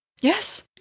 yes